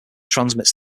transmits